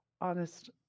honest